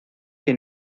que